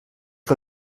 que